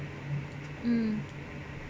mm